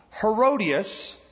Herodias